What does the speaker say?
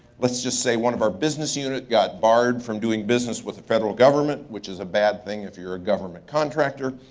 let's just say, one of our business unit got barred from doing business with the federal government, which is a bad thing, if you're a government contractor.